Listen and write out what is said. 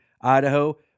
Idaho